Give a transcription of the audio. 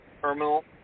terminal